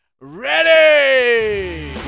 ready